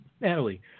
Natalie